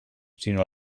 sinó